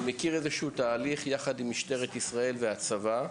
אני מכיר איזה תהליך יחד עם משטרת ישראל והצבא.